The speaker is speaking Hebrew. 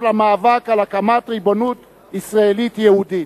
למאבק על הקמת ריבונות ישראלית יהודית.